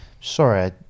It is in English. sorry